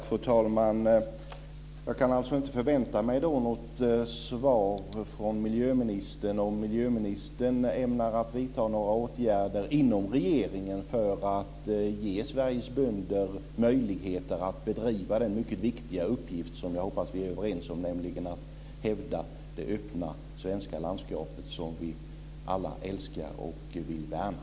Fru talman! Jag kan alltså inte förvänta mig något svar från miljöministern om han ämnar att vidta några åtgärder inom regeringen för att ge Sveriges bönder möjligheter att fullgöra den mycket viktiga uppgift som jag hoppas att vi är överens om, nämligen att hävda det öppna svenska landskapet som vi alla älskar och vill värna?